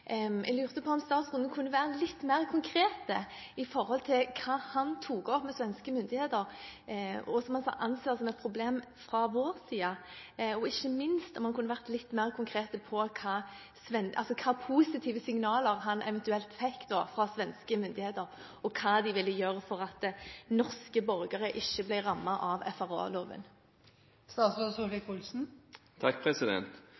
Jeg lurte på om statsråden kunne være litt mer konkret når det gjelder hva han tok opp med svenske myndigheter og som han anser som et problem fra vår side, og – ikke minst – om han kunne være litt mer konkret om hvilke positive signaler han eventuelt fikk fra svenske myndigheter, og hva de ville gjøre for at norske borgere ikke blir rammet av